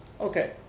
Okay